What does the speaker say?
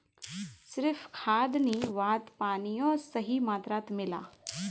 सिर्फ खाद नी वहात पानियों सही मात्रात मिला